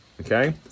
Okay